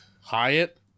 Hyatt